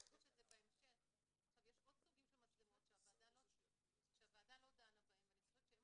יש עוד סוגים של מצלמות שהוועדה לא דנה בהם ואני חושבת שהם